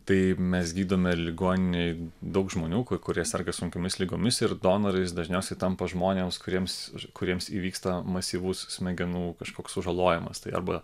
tai mes gydome ligoninėj daug žmonių ku kurie serga sunkiomis ligomis ir donorais dažniausiai tampa žmonėms kuriems kuriems įvyksta masyvus smegenų kažkoks sužalojimas tai arba